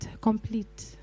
complete